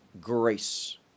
grace